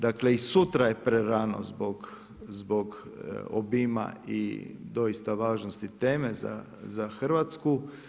Dakle, i sutra je prerano zbog obima i doista važnosti teme za Hrvatsku.